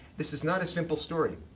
this is not a simple story.